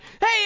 Hey